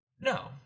No